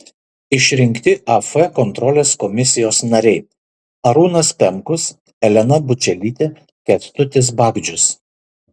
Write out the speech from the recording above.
išrinkti af kontrolės komisijos nariai arūnas pemkus elena bučelytė kęstutis bagdžius